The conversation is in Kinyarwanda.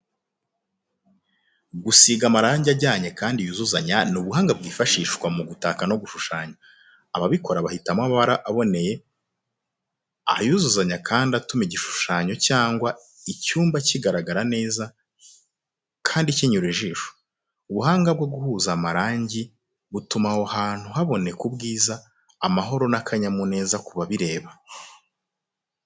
Gusiga amarangi ajyanye kandi yuzuzanya ni ubuhanga bwifashishwa mu gutaka no gushushanya. Ababikora bahitamo amabara aboneye, ayuzuzanya kandi atuma igishushanyo cyangwa icyumba kigaragara neza kandi kinyura ijisho. Ubuhanga bwo guhuza amarangi butuma aho hantu haboneka ubwiza, amahoro n’akanyamuneza ku babireba.